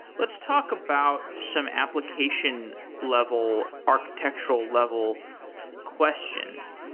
let's talk about some application level, architectural level questions.